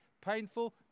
painful